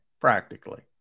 practically